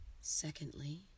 Secondly